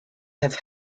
have